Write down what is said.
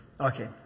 Okay